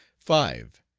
five.